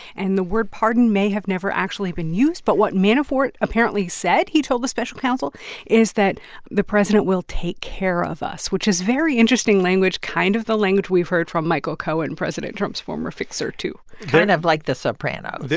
and the word pardon may have never actually been used. but what manafort apparently said he told the special counsel is that the president will take care of us, which is very interesting language, kind of the language we've heard from michael cohen, president trump's former fixer, too kind of like the sopranos.